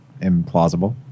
implausible